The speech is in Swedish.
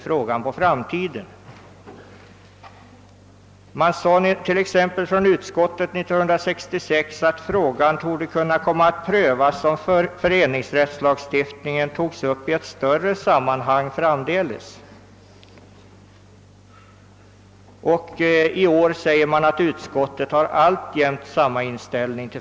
År 1966 uttalade utskottet att frågan torde kunna komma att prövas om föreningsrättslagen toges upp i ett större sammanhang framdeles, och utskottet förklarar nu att det fortfarande har samma inställning.